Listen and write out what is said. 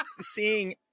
seeing